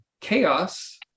chaos